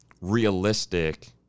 realistic